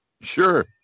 Sure